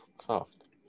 soft